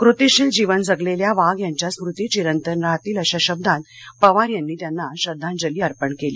कृतिशील जीवन जगलेल्या वाघ यांच्या स्मृती चिरंतन राहतील अशा शब्दात पवार यांनी त्यांना श्रद्धांजली अर्पण केली